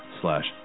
slash